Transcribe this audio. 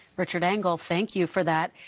richard engel, thank you for that.